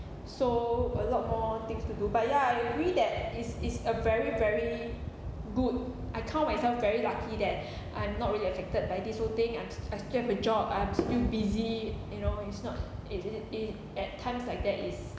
so a lot more things to do but ya I agree that it's it's a very very good I count myself very lucky that I'm not really affected by this whole thing I'm I still have a job I'm still busy you know it's not it it at times like that is